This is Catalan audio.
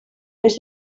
més